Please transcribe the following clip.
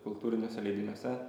kultūriniuose leidiniuose